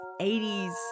80s